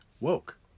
woke